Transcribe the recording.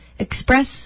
Express